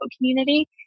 community